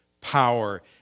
power